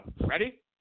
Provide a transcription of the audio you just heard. Ready